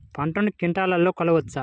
పంటను క్వింటాల్లలో కొలవచ్చా?